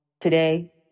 today